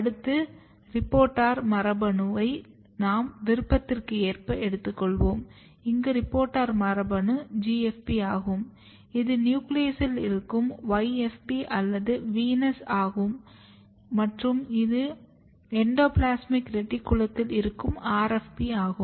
அடுத்து ரிப்போர்ட்டர் மரபணுவை நம் விருப்பத்திற்கு ஏற்ப எடுத்துக்கொள்ளலாம் இங்கு ரிப்போர்ட்டர் மரபணு GFP ஆகும் இது நியூக்ளியஸில் இருக்கும் YFP அல்லது VENUS ஆகும் மற்றும் இது எண்டோபிளாஸ்மிக் ரெட்டிகுலத்தில் இருக்கும் RFP ஆகும்